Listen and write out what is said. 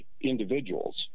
individuals